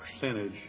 percentage